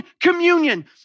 communion